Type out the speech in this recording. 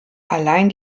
allein